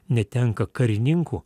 netenka karininkų